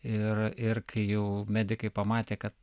ir ir kai jau medikai pamatė kad